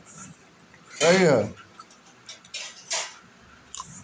ए साल फसल बर्बाद हो गइल